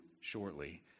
Shortly